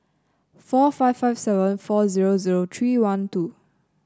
four five five seven four zero zero three one two